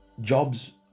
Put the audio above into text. jobs